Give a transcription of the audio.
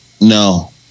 No